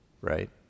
right